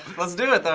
let's do it, though.